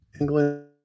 England